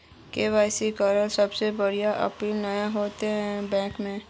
KYC करबे से कोई प्रॉब्लम नय होते न बैंक में?